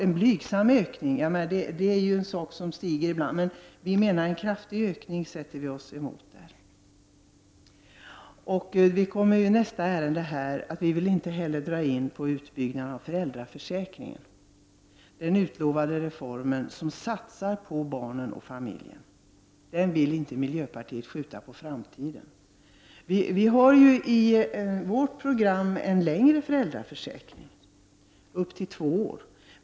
En blygsam ökning kan vi acceptera — detta är ju en avgift som ibland stiger. Men en kraftig ökning sätter vi oss emot. I nästa ärende kommer vi in på föräldraförsäkringen. Vi vill inte dra in på utbyggnaden av föräldraförsäkringen. Den utlovade reformen där man satsar på barn och familj vill inte miljöpartiet skjuta på framtiden. Vi har i vårt program en längre föräldraförsäkring, upp till två år.